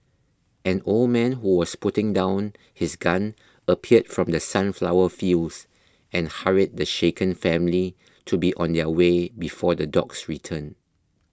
an old man who was putting down his gun appeared from the sunflower fields and hurried the shaken family to be on their way before the dogs return